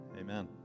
Amen